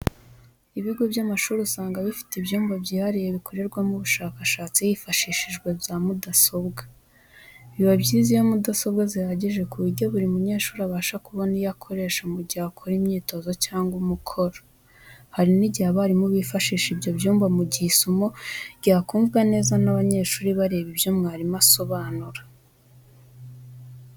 Ibigo by'amashuri usanga bifite ibyumba byihariye bikorerwamo ubushakashatsi hifashishijwe za mudasobwa. Biba byiza iyo mudasobwa zihagije ku buryo buri munyeshuri abasha kubona iyo akoresha mu gihe akora imyitozo cyangwa umukoro. Hari n'igihe abarimu bifashisha ibyo byumba mu gihe isomo ryakumvwa neza n'abanyeshuri bareba ibyo mwarimu asobanura.